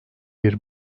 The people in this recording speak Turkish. bir